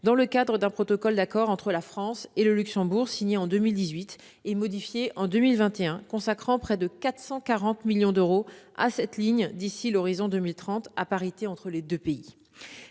dans le cadre d'un protocole d'accord entre la France et le Luxembourg signé en 2018 et modifié en 2021, consacrant près de 440 millions à cette ligne à l'horizon de 2030, à parité entre les deux pays.